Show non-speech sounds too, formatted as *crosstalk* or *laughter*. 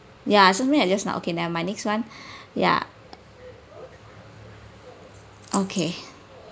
ya something I just now okay never mind next [one] *breath* ya okay